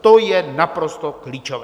To je naprosto klíčové.